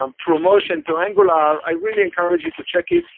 um promotion to angular, i really encourage you to check it,